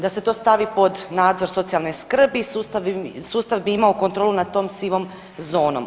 Da se to stavi pod nadzor socijalne skrbi sustav bi imao kontrolu nad tom sivom zonom.